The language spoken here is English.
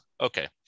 okay